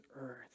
earth